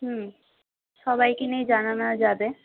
হুম সবাইকে নিয়ে জানানো যাবে